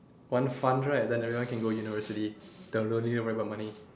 one fund right then everyone can go university then don't need worry about money